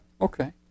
okay